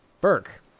Burke